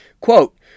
Quote